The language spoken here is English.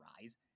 rise